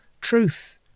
truth